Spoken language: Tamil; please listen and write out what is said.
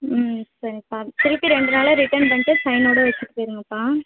ம் சரிப்பா போய்ட்டு ரெண்டு நாளில் ரிட்டன் பண்ணிட்டு சைனோடு வெச்சிட்டு போய்ருங்கப்பா